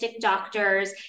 doctors